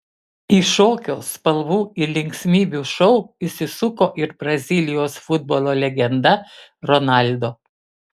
į šokio spalvų ir linksmybių šou įsisuko ir brazilijos futbolo legenda ronaldo